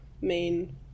main